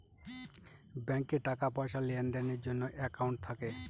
ব্যাঙ্কে টাকা পয়সার লেনদেনের জন্য একাউন্ট থাকে